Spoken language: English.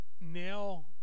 now